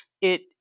it-